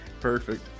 Perfect